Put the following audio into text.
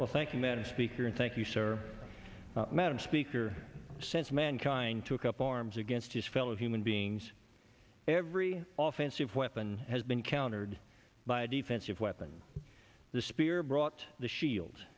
well thank you madam speaker and thank you sir madam speaker since mankind took up arms against his fellow human beings every officer of weapon has been countered by a defensive weapon the spear brought the shield